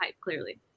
clearly